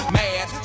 mad